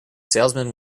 salesman